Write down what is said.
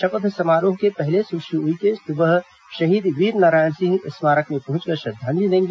शपथ समारोह के पहले सुश्री उइके सुबह शहीद वीरनारायण सिंह स्मारक में पहुंचकर श्रद्धांजलि देंगी